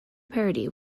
parody